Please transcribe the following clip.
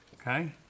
okay